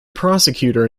prosecutor